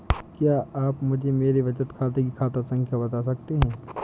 क्या आप मुझे मेरे बचत खाते की खाता संख्या बता सकते हैं?